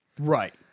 Right